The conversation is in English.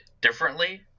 differently